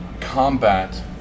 combat